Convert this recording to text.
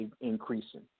increasing